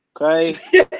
Okay